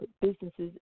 businesses